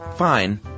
fine